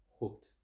Hooked